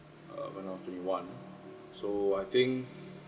uh when I was twenty one so I think